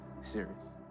series